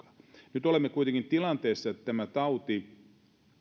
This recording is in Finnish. nyt olemme kuitenkin tilanteessa että tämä tauti